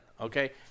okay